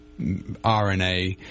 RNA